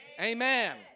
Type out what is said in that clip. Amen